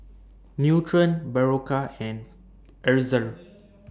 Nutren Berocca and Ezerra